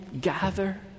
gather